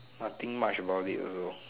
nothing much about it also